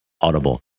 Audible